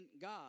God